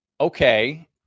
Okay